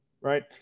right